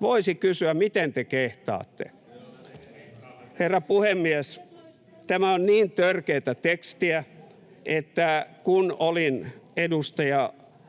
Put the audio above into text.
Voisi kysyä, miten te kehtaatte. Herra puhemies, tämä on niin törkeätä tekstiä, että kun olin edustaja Tynkkysen